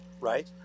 right